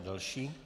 Další.